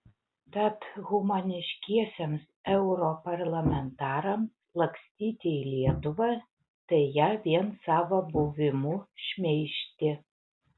tad humaniškiesiems europarlamentarams lakstyti į lietuvą tai ją vien savo buvimu šmeižti